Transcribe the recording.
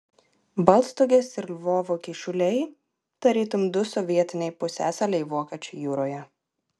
baltstogės ir lvovo kyšuliai tarytum du sovietiniai pusiasaliai vokiečių jūroje